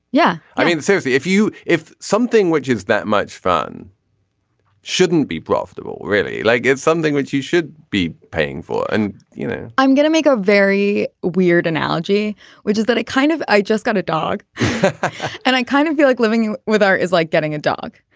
yeah i mean essentially if you if something which is that much fun shouldn't be profitable really like get something which you should be paying for and you know i'm gonna make a very weird analogy which is that i kind of i just got a dog and i kind of feel like living with our is like getting a dog.